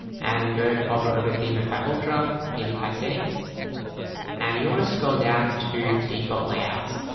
and go hover over themify ultra themify settings and you want to scroll down to default layouts,